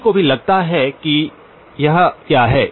किसी को भी लगता है कि यह क्या है